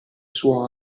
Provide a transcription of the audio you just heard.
suo